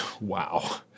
wow